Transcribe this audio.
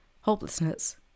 hopelessness